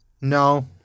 No